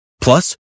Plus